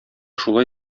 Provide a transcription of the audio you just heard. шулай